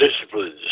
disciplines